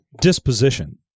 disposition